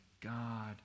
God